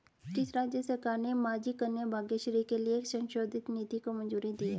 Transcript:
किस राज्य सरकार ने माझी कन्या भाग्यश्री के लिए एक संशोधित नीति को मंजूरी दी है?